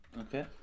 Okay